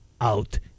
out